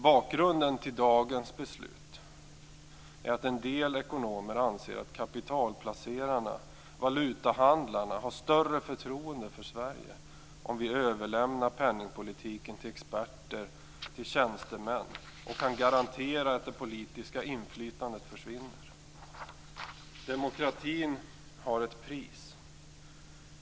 Bakgrunden till dagens beslut är att en del ekonomer anser att kapitalplacerarna, valutahandlarna, har större förtroende för Sverige om vi överlämnar penningpolitiken till experter, till tjänstemän, och kan garantera att det politiska inflytandet försvinner. Demokratin har ett pris.